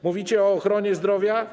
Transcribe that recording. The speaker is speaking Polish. Mówicie o ochronie zdrowia?